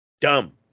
dumb